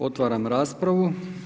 Otvaram raspravu.